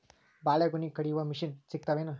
ಬಾಳಿಗೊನಿ ಕಡಿಯು ಮಷಿನ್ ಸಿಗತವೇನು?